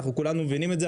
אנחנו כולנו מבינים את זה.